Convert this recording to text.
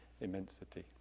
immensity